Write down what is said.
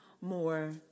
more